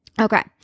Okay